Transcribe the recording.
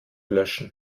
löschen